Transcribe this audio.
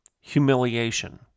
Humiliation